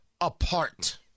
apart